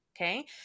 okay